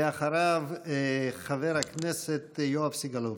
אחריו, חבר הכנסת יואב סגלוביץ'.